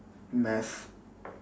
math